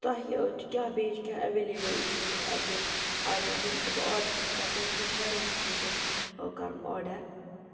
تۄہہِ کِیٛاہ بیٚیہِ کِیٛاہ ایٚولِیبٕل چھُو تۄہہِ اَتہِ اَیٹَم یِم تہِ بہٕ آرڈَر چھس کران کِیٛازِ کہِ مےٚ چھِ واریاہَن خٲطرٕ کَرُن آرڈَر